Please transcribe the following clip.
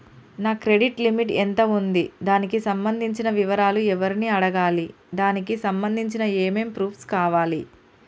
నా credit limit ఎంత ఉంది? దానికి సంబంధించిన వివరాలు ఎవరిని అడగాలి? దానికి సంబంధించిన ఏమేం ప్రూఫ్స్ కావాలి?